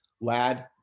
Lad